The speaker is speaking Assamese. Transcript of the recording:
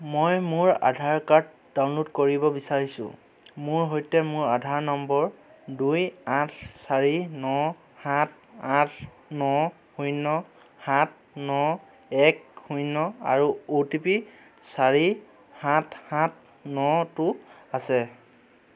মই মোৰ আধাৰ কাৰ্ড ডাউনল'ড কৰিব বিচাৰিছোঁ মোৰ সৈতে মোৰ আধাৰ নম্বৰ দুই আঠ চাৰি ন সাত আঠ ন শূন্য সাত ন এক শূন্য আৰু অ'টিপি চাৰি সাত সাত নটো আছে